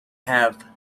have